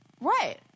Right